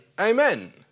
Amen